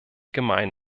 gemein